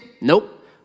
Nope